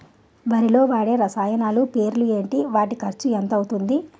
వరిలో వాడే రసాయనాలు పేర్లు ఏంటి? వాటి ఖర్చు ఎంత అవతుంది?